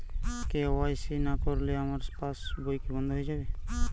KYC না করলে আমার পাশ বই কি বন্ধ হয়ে যাবে?